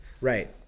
Right